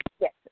yes